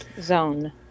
zone